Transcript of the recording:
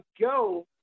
go